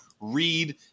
read